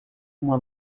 uma